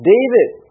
David